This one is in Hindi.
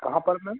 कहाँ पर मेम